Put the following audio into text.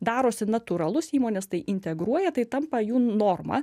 darosi natūralus įmonės tai integruoja tai tampa jų norma